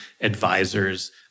advisors